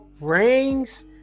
rings